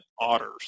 otters